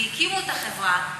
כי הקימו את החברה,